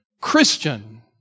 Christian